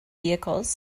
vehicles